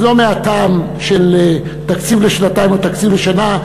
אז לא מהטעם של תקציב לשנתיים או תקציב לשנה,